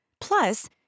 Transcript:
Plus